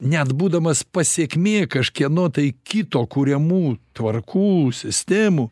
net būdamas pasekmė kažkieno tai kito kuriamų tvarkų sistemų